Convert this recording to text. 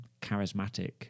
charismatic